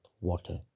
Water